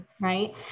Right